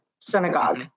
synagogue